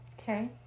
Okay